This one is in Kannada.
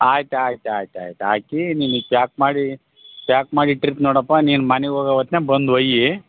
ಆಯ್ತು ಆಯ್ತು ಆಯ್ತು ಆಯ್ತು ಹಾಕೀ ನಿನಗೆ ಪ್ಯಾಕ್ ಮಾಡಿ ಪ್ಯಾಕ್ ಮಾಡಿ ಇಟ್ಟಿತ್ನಿ ನೋಡಪ್ಪ ನೀನು ಮನೆಗ್ ಹೋಗೋ ಹೊತ್ನಾಗೆ ಬಂದು ಒಯ್ಯಿ